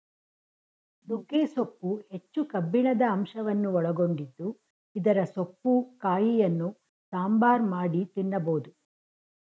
ನುಗ್ಗೆ ಸೊಪ್ಪು ಹೆಚ್ಚು ಕಬ್ಬಿಣದ ಅಂಶವನ್ನು ಒಳಗೊಂಡಿದ್ದು ಇದರ ಸೊಪ್ಪು ಕಾಯಿಯನ್ನು ಸಾಂಬಾರ್ ಮಾಡಿ ತಿನ್ನಬೋದು